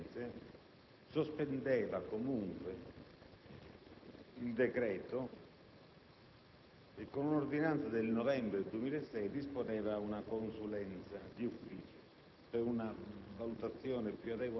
La corte d'appello di Firenze sospendeva comunque il decreto e, con un'ordinanza del novembre 2006 disponeva una consulenza d'ufficio